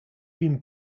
been